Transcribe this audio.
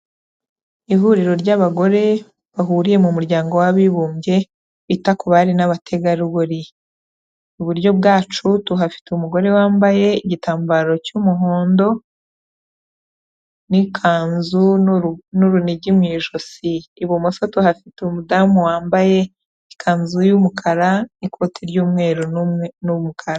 Ihuriro ry'abagore bahuriye mu muryango w'abibumbye bita ku bari n'abategarugori iburyo bwacu tuhafite umugore wambaye igitambaro cy'umuhondo n'ikanzu n'urunigi mu ijosi, ibumoso tuhafite umudamu wambaye ikanzu y'umukara n'ikoti ry'umweru n'umukara.